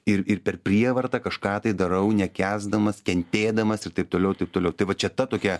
ir ir per prievartą kažką tai darau nekęsdamas kentėdamas ir taip toliau ir taip toliau tai va čia ta tokia